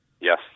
yes